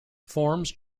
forms